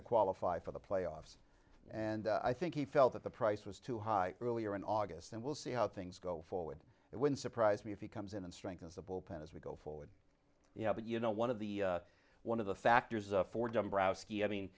to qualify for the playoffs and i think he felt that the price was too high earlier in august and we'll see how things go forward it wouldn't surprise me if he comes in and strengthens the bullpen as we go forward you know but you know one of the one of the factors afford to browse ski i mean